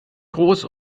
groß